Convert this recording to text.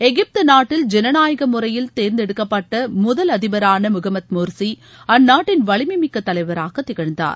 எகிப்து நாட்டில் ஜனநாயக முறையில் தேர்ந்தெடுக்கப்பட்ட முதல் அதிபரான முகமது மோர்சி அந்நாட்டின் வலிமை மிக்க தலைவராக திகழ்ந்தார்